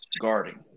guarding